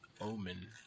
Omen